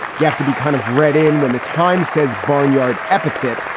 you have to be kind of read in when the times says barnyard epithet.